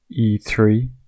e3